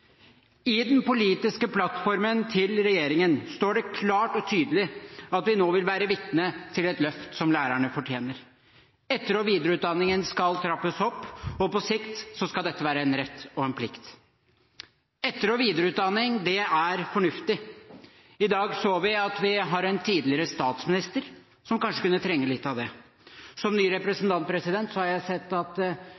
I den politiske plattformen til regjeringen står det klart og tydelig at vi nå vil være vitne til et løft som lærerne fortjener. Etter- og videreutdanningen skal trappes opp, og på sikt skal dette være en rett og en plikt. Etter- og videreutdanning er fornuftig. I dag så vi at vi har en tidligere statsminister som kanskje kunne trenge litt av det. Som ny